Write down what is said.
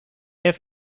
have